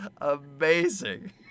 amazing